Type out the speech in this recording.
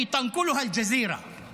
שאל-ג'זירה משדרת.